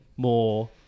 More